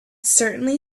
certainly